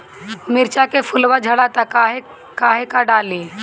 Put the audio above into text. मिरचा के फुलवा झड़ता काहे का डाली?